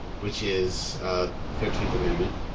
which is thirteenth amendment,